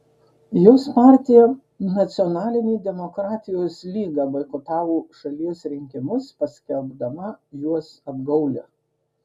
jos partija nacionalinė demokratijos lyga boikotavo šalies rinkimus paskelbdama juos apgaule